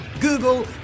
Google